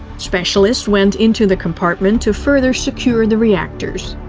specialists went into the compartment to further secure the reactors.